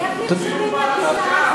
איך נרשמים לטיסה הזאת?